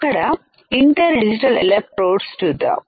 అక్కడ interdigital electrodes చూద్దాం